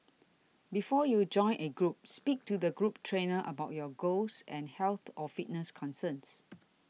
before you join a group speak to the group trainer about your goals and health or fitness concerns